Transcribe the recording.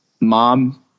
mom